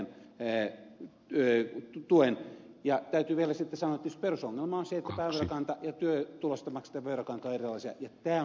täytyy vielä sitten sanoa että tietysti perusongelma on se että pääverokanta ja työtulosta maksettava verokanta ovat erilaisia